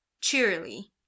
cheerily